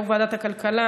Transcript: יושב-ראש ועדת הכלכלה,